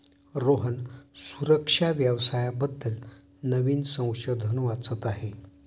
रोहन सुरक्षा व्यवसाया बद्दल नवीन संशोधन वाचत आहे